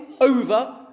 over